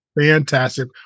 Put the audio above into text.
Fantastic